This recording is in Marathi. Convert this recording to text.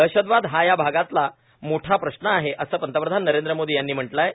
दहशतवाद हा या भागातला मोठा प्रश्न आहे असं पंतप्रधान नरेंद्र मोदी यांनी म्हटलं आहे